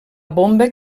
bomba